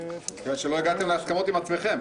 בגלל שלא הגעתם להסכמות עם עצמכם.